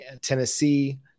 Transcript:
Tennessee